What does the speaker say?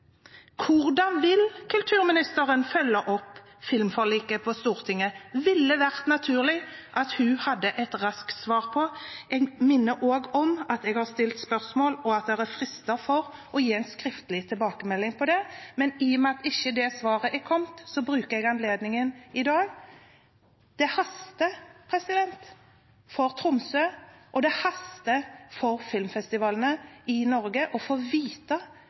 Hvordan vil kulturministeren følge opp filmforliket på Stortinget? Det ville det vært naturlig at hun hadde et raskt svar på. Jeg minner også om at jeg har stilt spørsmål, og at det er frister for å gi en skriftlig tilbakemelding på det. Men i og med at det svaret ikke er kommet, bruker jeg anledningen i dag. Det haster for Tromsø og det haster for filmfestivalene i Norge å få